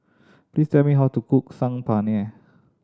please tell me how to cook Saag Paneer